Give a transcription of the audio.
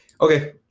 Okay